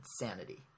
insanity